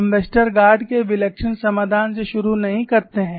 हम वेस्टरगार्ड के विलक्षण समाधान से शुरू नहीं करते हैं